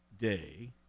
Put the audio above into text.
Day